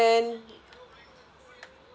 and then